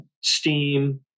STEAM